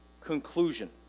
conclusion